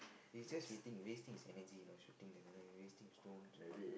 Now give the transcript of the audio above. he's just waiting wasting his energy you know shooting wasting stones